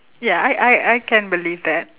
ya I I I can believe that